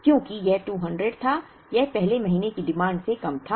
क्योंकि यह 200 था यह पहले महीने की डिमांड से कम था